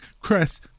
Chris